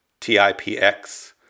TIPX